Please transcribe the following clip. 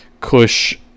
Kush